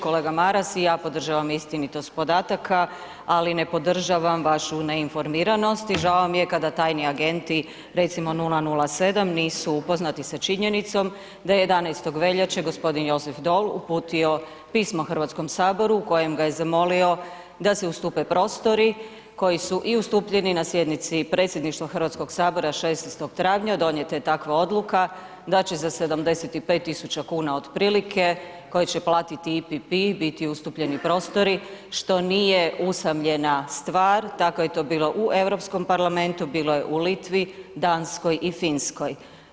Kolega Maras, i ja podržavam istinitost podataka, ali ne podržavam vašu neinformiranost i žao mi je kada tajni agenti, recimo 007, nisu upoznati sa činjenicom da je 11. veljače g. Joseph Daul uputio pismo HS u kojem ga je zamolio da se ustupe prostori koji su i ustupljeni na sjednici predsjedništva HS 16. travnja, donijeta ja takva odluka da će za 75.000,00 kn otprilike koje će platiti EPP biti ustupljeni prostori, što nije usamljena stvar, tako je to bilo u Europskom parlamentu, bilo je u Litvi, Danskoj i Finskoj.